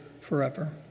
forever